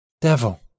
Devil